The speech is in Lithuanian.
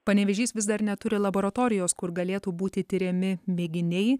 panevėžys vis dar neturi laboratorijos kur galėtų būti tiriami mėginiai